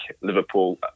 Liverpool